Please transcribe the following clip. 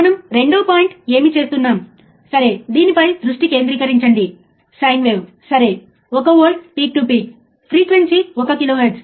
మీరు ఈ పుస్తకాన్ని చూస్తే స్లీవ్ రేటు అంటే ఏమిటో మీరు వివరంగా పొందుతారు